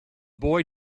boy